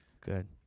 Good